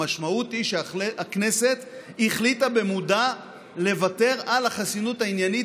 המשמעות היא שהכנסת החליטה במודע לוותר על החסינות העניינית,